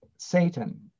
satan